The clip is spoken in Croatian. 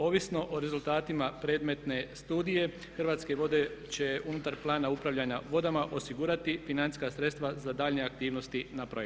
Ovisno o rezultatima predmetne studije Hrvatske vode će unutar plana upravljanja vodama osigurati financijska sredstva za daljnje aktivnosti na projektu.